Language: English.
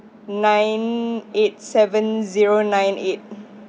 nine eight seven zero nine eight